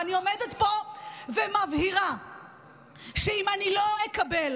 אני עומדת פה ומבהירה שאם אני לא אקבל